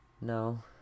No